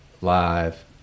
Live